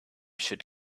should